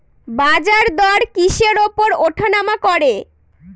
বাজারদর কিসের উপর উঠানামা করে?